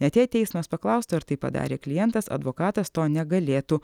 net jei teismas paklaustų ar tai padarė klientas advokatas to negalėtų